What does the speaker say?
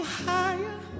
higher